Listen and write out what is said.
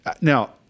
Now